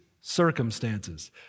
circumstances